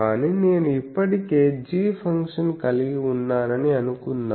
కాని నేను ఇప్పటికే g ఫంక్షన్ కలిగి ఉన్నానని అనుకుందాం